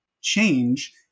Change